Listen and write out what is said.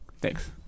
Thanks